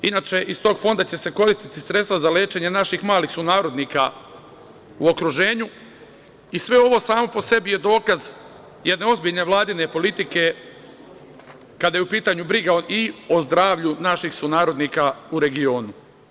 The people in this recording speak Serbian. Inače, iz tog fonda će se koristiti sredstva za lečenje naših malih sunarodnika u okruženju i sve ovo samo po sebi je dokaz jedne ozbiljne vladine politike kada je u pitanju briga i o zdravlju naših sunarodnika u regionu.